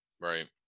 right